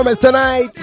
Tonight